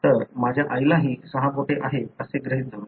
तर माझ्या आईलाही सहा बोटे आहेत असे गृहीत धरू